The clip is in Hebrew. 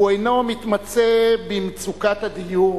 הוא אינו מתמצה במצוקת הדיור,